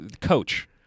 coach